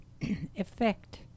effect